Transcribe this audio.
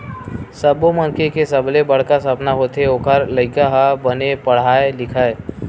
सब्बो मनखे के सबले बड़का सपना होथे ओखर लइका ह बने पड़हय लिखय